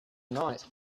night